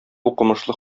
укымышлы